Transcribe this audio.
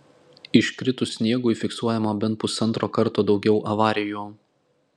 iškritus sniegui fiksuojama bent pusantro karto daugiau avarijų